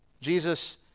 Jesus